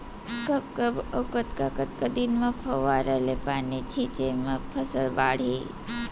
कब कब अऊ कतका कतका दिन म फव्वारा ले पानी छिंचे म फसल बाड़ही?